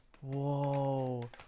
whoa